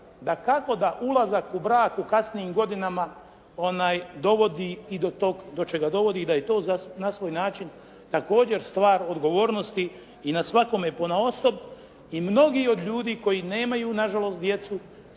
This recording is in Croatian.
dakako da ulazak u brak u kasnijim godinama dovodi i do tog do čega dovodi i da je to na svoj način također stvar odgovornosti i na svakome ponaosob i mnogi od ljudi koji nemaju nažalost djecu